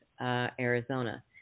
Arizona